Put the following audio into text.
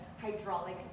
hydraulic